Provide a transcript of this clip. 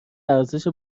ارزش